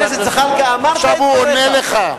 עכשיו הוא עונה לך.